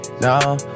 No